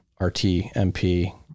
RTMP